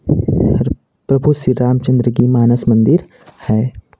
प्रभु श्री रामचन्द्र की मानस मंदिर है